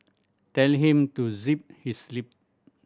tell him to zip his lip